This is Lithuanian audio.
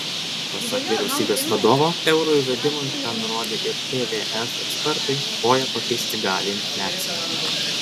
pasak vyriausybės vadovo euro įvedimui ką nurodė ir tvf ekspertai koją pakišti gali infliacija